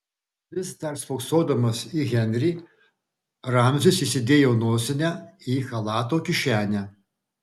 vis dar spoksodamas į henrį ramzis įsidėjo nosinę į chalato kišenę